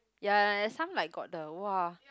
ya lah some like got the !wah!